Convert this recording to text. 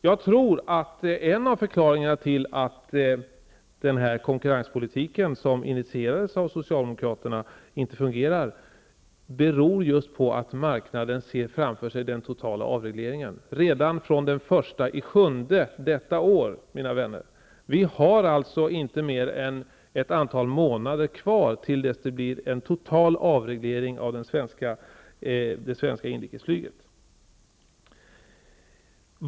Jag tror att en av förklaringarna till att konkurrenspolitiken som initierades av socialdemokraterna inte fungerar är just att man ser framför sig den totala avregleringen -- redan från den 1 juli i år, mina vänner! Vi har alltså inte mer än ett antal månader kvar till dess det blir en total avreglering av det svenska inrikesflyget.